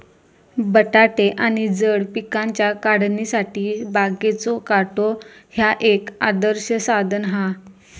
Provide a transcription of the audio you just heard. बटाटे आणि जड पिकांच्या काढणीसाठी बागेचो काटो ह्या एक आदर्श साधन हा